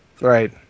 Right